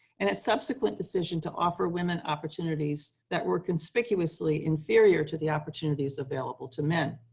and its subsequent decision to offer women opportunities that were conspicuously inferior to the opportunities available to men.